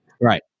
Right